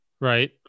Right